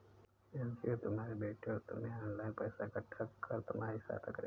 NGO तुम्हारे बेटे और तुम्हें ऑनलाइन पैसा इकट्ठा कर तुम्हारी सहायता करेगी